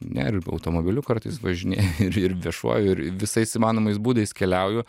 ne ir automobiliu kartais važinėju ir ir viešuoju ir visais įmanomais būdais keliauju